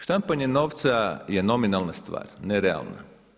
Štampanje novca je nominalna stvar, ne realna.